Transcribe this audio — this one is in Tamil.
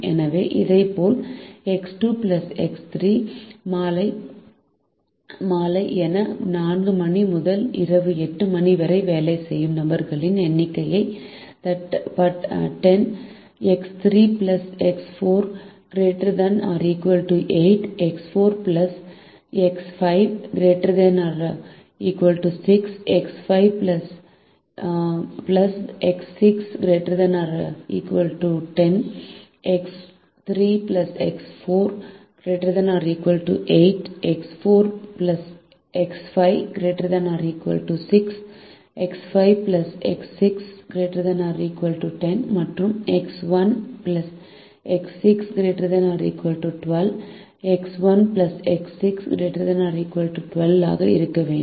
எனவே இதேபோல் எக்ஸ் 2 எக்ஸ் 3X2X3 மாலை 4 மணி முதல் இரவு 8 மணி வரை வேலை செய்யும் நபர்களின் எண்ணிக்கை that 10 x 3 x 4 ≥ 8 x 4 x 5 ≥ 6 x 5 x 6 ≥ 10 X3X4 ≥ 8 X4X5 ≥ 6 X5X6 ≥ 10 மற்றும் எக்ஸ் 1 எக்ஸ் 6 ≥ 12 X1X6 ≥ 12 ஆக இருக்க வேண்டும்